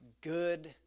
good